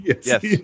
Yes